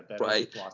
right